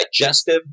digestive